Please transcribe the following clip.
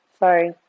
Sorry